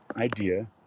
idea